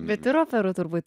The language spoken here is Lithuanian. bet ir operų turbūt